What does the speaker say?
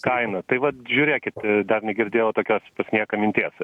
kaina tai vat žiūrėkit dar negirdėjau tokios pas nieką minties